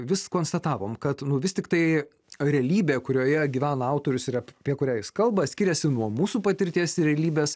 vis konstatavom kad nu vis tiktai realybė kurioje gyvena autorius ir ap pie kurią jis kalba skiriasi nuo mūsų patirties ir realybės